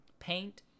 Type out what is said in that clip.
paint